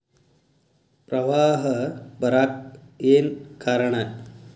ಪ್ರವಾಹ ಬರಾಕ್ ಏನ್ ಕಾರಣ?